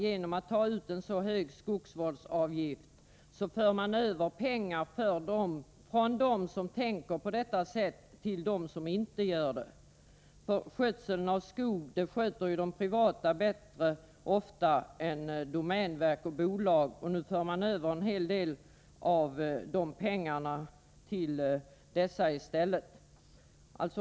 Genom att ta ut en så hög skogsvårdsavgift som man gör, för man över pengar från dem som tänker på detta sätt till dem som inte gör det. De privata skogsägarna sköter ofta skogen bättre än domänverk och bolag — och nu för man över en hel del av pengarna till dessa senare.